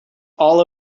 all